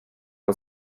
aho